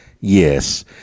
Yes